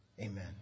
Amen